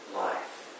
life